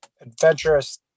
adventurous